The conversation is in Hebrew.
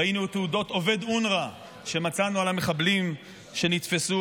ראינו תעודות עובד אונר"א שמצאנו על המחבלים שנתפסו,